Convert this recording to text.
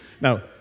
Now